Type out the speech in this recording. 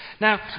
Now